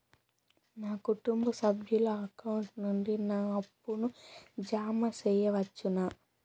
నా కుటుంబ సభ్యుల అకౌంట్ నుండి నా అప్పును జామ సెయవచ్చునా?